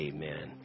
Amen